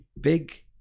Big